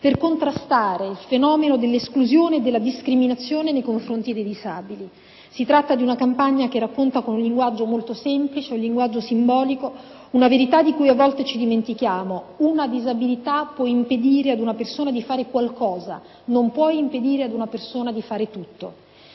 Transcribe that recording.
per contrastare il fenomeno dell'esclusione e della discriminazione nei confronti dei disabili. Si tratta di una campagna che racconta con un linguaggio molto semplice, un linguaggio simbolico, una verità di cui a volte ci dimentichiamo: una disabilità può impedire ad una persona di fare qualcosa, non può impedire ad una persona di fare tutto.